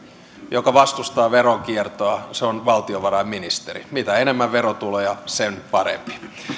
joka vastustaa veronkiertoa se on valtiovarainministeri mitä enemmän verotuloja sen parempi